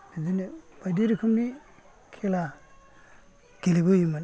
बिदिनो बायदि रोखोमनि खेला गेलेबोयोमोन